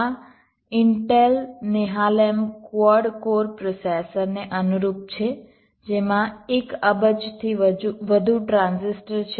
આ Intel Nehalem quad core processor ને અનુરૂપ છે જેમાં 1 અબજથી વધુ ટ્રાન્ઝિસ્ટર છે